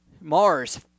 Mars